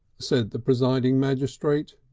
said the presiding magistrate.